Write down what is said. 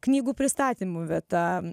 knygų pristatymų vieta